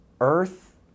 earth